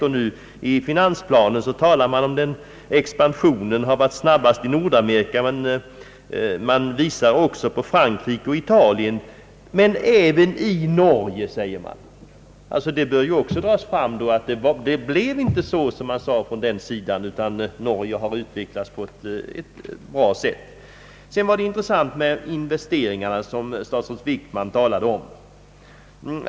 I den svenska finansplanen talas det om att expansionen har gått snabbast i Nordamerika. Man visar sedan på Frankrike och Italien men även på Norge. Det bör då betoras att det alltså inte blev såsom socialdemokraterna hade förutspått, utan att utvecklingen i Norge gått bra. Statsrådet Wickman gjorde ett intressant uttalande om investeringarna.